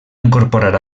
incorporar